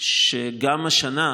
שגם השנה,